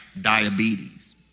diabetes